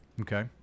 Okay